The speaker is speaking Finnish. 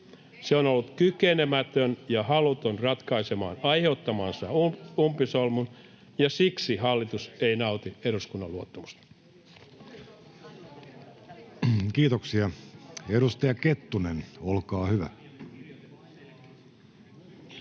Se on ollut kykenemätön ja haluton ratkaisemaan aiheuttamansa umpisolmun, ja siksi hallitus ei nauti eduskunnan luottamusta.” [Speech 11] Speaker: Jussi Halla-aho